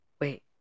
Wait